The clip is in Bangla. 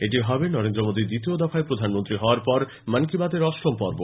এটি হবে নরেন্দ্র মোদীর দ্বিতীয় দফায় প্রধানমন্ত্রী হওয়ার পর মন কি বাতএর অষ্টম পর্ব